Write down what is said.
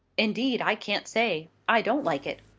indeed, i can't say. i don't like it.